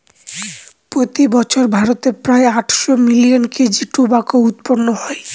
প্রতি বছর ভারতে প্রায় আটশো মিলিয়ন কেজি টোবাকো উৎপাদন হয়